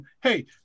Hey